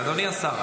אדוני השר,